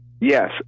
yes